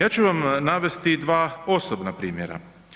Ja ću vam navesti dva osobna primjera.